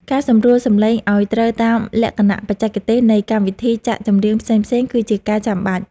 ការសម្រួលសំឡេងឱ្យត្រូវតាមលក្ខណៈបច្ចេកទេសនៃកម្មវិធីចាក់ចម្រៀងផ្សេងៗគឺជាការចាំបាច់។